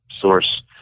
source